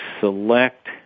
select